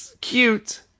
cute